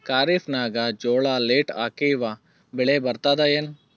ಖರೀಫ್ ನಾಗ ಜೋಳ ಲೇಟ್ ಹಾಕಿವ ಬೆಳೆ ಬರತದ ಏನು?